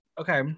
Okay